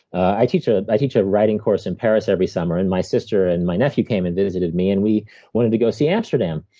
i teach ah i teach a writing course in paris every summer, and my sister and my nephew came and visited me. and we wanted to go see amsterdam.